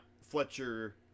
Fletcher